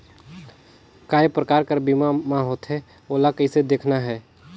काय प्रकार कर बीमा मा होथे? ओला कइसे देखना है?